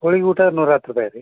ಹೋಳಿಗೆ ಊಟ ನೂರ ಹತ್ತು ರೂಪಾಯಿ ರೀ